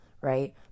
right